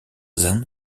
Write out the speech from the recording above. then